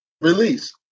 release